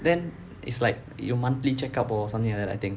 then it's like your monthly check up or something like that I think